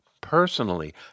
personally